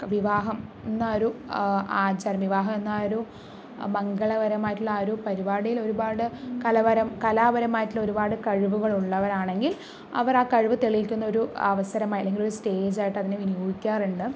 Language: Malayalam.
വിവാഹം ഇന്നൊരു ആചാരം വിവാഹം എന്ന ഒരു മംഗളപരമായിട്ടുള്ള ആ ഒരു പരിപാടിയില് ഒരുപാട് കലാപരം കലാപരമായിട്ടുള്ള ഒരുപാട് കഴിവുകള് ഉള്ളവരാണെങ്കില് അവര് ആ കഴിവ് തെളിയിക്കുന്ന ഒരു അവസരമായി അല്ലെങ്കിൽ ഒരു സ്റ്റേജ് ആയിട്ട് അതിനെ വിനിയോഗിക്കാറുണ്ട്